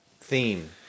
theme